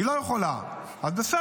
היא לא יכולה, אז בסדר.